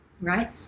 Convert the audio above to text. right